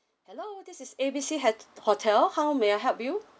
hello this is A B C hat hotel how may I help you